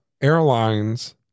Airlines